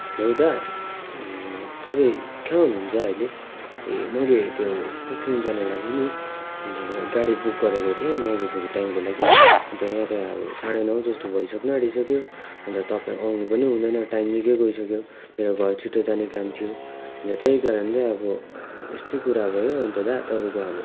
hello दादा तपाईँ कहाँ हुनुहुन्छ अहिले मैले त्यो पुखरुङ जानुको लागि नि अन्त गाडी बुक गरेको थिएँ नौ बजीको टाइमको लागि अन्त यहाँ चाहिँ आबो साढे नौ जस्तो भइसक्नु आँटिसक्यो अन्त तपाईँ आउनु पनि हुँदैन टाइम निकै गइसक्यो मेरो घर छिटो जाने काम थियो अन्त त्यही कारण चाहिँ अब यस्तै कुरा भयो अन्त दादा तपाईँको अब